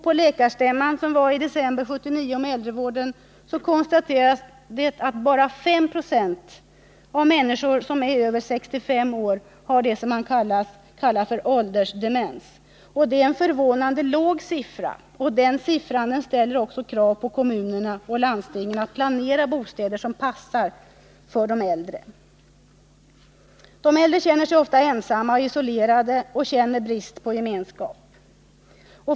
På läkarstämman i december 1979 om äldrevården konstaterades att bara 5 20 av de människor som är över 65 år har åldersdemens. Det är en förvånande låg siffra, och den ställer också krav på kommunerna och landstingen att planera för bostäder som passar för de äldre. Jag sade tidigare att de äldre ofta känner sig ensamma och isolerade och upplever brist på gemenskap.